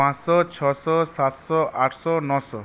পাঁচশো ছশো সাতশো আটশো নশো